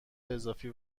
اضافی